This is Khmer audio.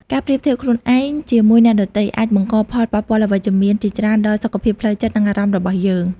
ការប្រៀបធៀបខ្លួនឯងជាមួយអ្នកដទៃអាចបង្កផលប៉ះពាល់អវិជ្ជមានជាច្រើនដល់សុខភាពផ្លូវចិត្ត និងអារម្មណ៍របស់យើង។